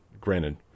granted